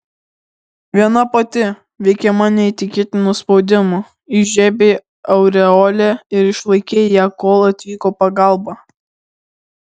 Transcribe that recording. viena pati veikiama neįtikėtino spaudimo įžiebei aureolę ir išlaikei ją kol atvyko pagalba